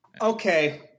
Okay